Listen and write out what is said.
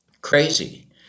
crazy